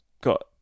got